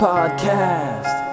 Podcast